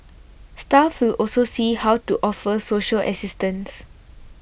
staff also see how to offer social assistance